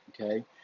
okay